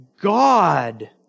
God